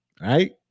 right